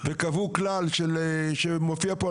וקבעו כלל שמופיע פה,